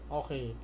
okay